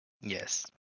Yes